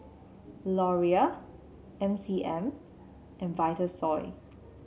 Laurier M C M and Vitasoy